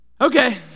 Okay